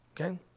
okay